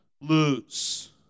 lose